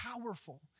powerful